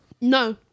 no